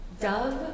dove